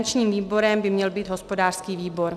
Garančním výborem by měl být hospodářský výbor.